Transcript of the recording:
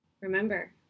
Remember